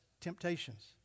temptations